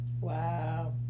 Wow